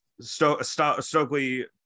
Stokely